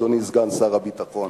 אדוני סגן שר הביטחון,